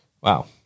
Wow